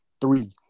three